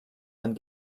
dann